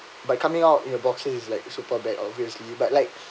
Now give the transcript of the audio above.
but coming out in a boxers is like super bad obviously but like